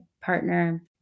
partner